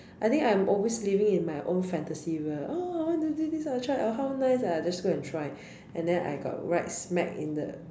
I think I'm always living in my own fantasy world oh I want to do this ah I try or how nice ah I just go and try and then I got right smack in the